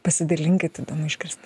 pasidalinkit įdomu išgirst